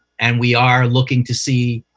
and we are looking to see,